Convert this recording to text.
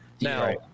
now